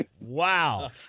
Wow